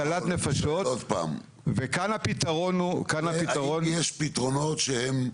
האם יש פתרונות שהם,